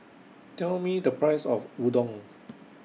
Tell Me The Price of Udon